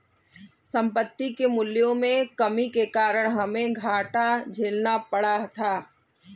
संपत्ति के मूल्यों में कमी के कारण हमे घाटा झेलना पड़ा था